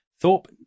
Thorpe